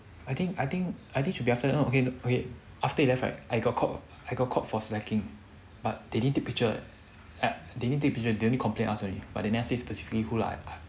I think I think I think should be after okay okay wait after you left right I got caught I got caught for slacking but they didn't take picture eh ya they didn't take picture they only complain us only but they never say specifically who lah